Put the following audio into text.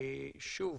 שוב,